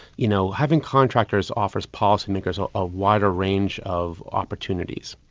you know having contractors offers policymakers a ah wider range of opportunities.